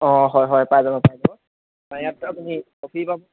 অঁ হয় হয় পাই যাব পাই যাব ইয়াত আপুনি ট্ৰফি পাব